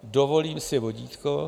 Dovolím si vodítko.